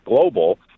global